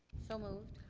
so moved.